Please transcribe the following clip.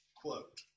Quote